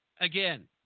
Again